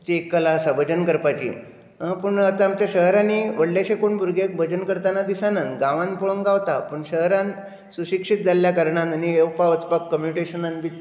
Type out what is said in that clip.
जी एक कला आसा भजन करपाची पूण आतां आमच्या शहरांनी व्हडलेशे कोण भुरगे भजन करतना दिसनात गांवांत पळोवंक गावता पूण शहरान सुशिक्षीत जाल्ल्या कारणाक आनी येवपाक वचपाक कम्युटेनशाक बी